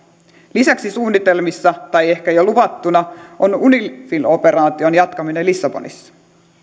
lisäksi suunnitelmissa tai ehkä jo luvattuna on unifil operaation jatkaminen libanonissa